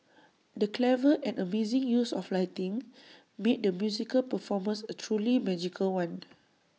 the clever and amazing use of lighting made the musical performance A truly magical one